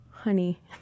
Honey